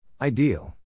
Ideal